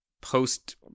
post